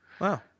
Wow